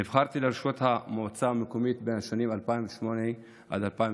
נבחרתי לראשות המועצה המקומית בין השנים 2008 ל-2013.